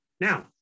Now